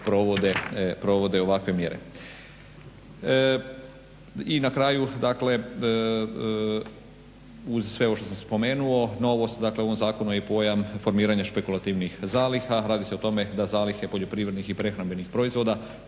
provode ovakve mjere. I na kraju dakle uz sve ovo što sam spomenuo novost dakle u ovom zakonu je pojam formiranja špekulativnih zaliha. Radi se o tome da zalihe poljoprivrednih i prehrambenih proizvoda